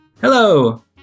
Hello